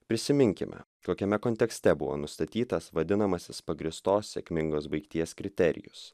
prisiminkime kokiame kontekste buvo nustatytas vadinamasis pagrįstos sėkmingos baigties kriterijus